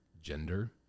gender